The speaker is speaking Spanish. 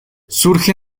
surge